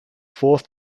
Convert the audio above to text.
fourth